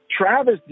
Travis